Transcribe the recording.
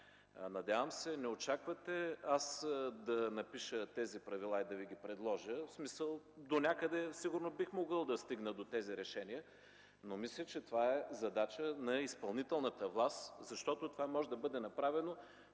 Надявам се, не очаквате аз да напиша тези правила и да Ви ги предложа. Донякъде сигурно бих могъл да стигна до тези решения, но мисля, че това е задача на изпълнителната власт, защото това може да бъде направено